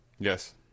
Yes